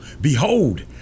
Behold